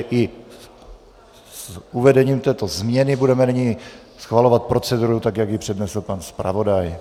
I s uvedením této změny budeme nyní schvalovat proceduru, jak ji přednesl pan zpravodaj.